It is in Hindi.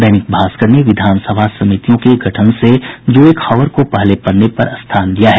दैनिक भास्कर ने विधानसभा समितियों के गठन से जुड़ी खबर को पहले पन्ने पर स्थान दिया है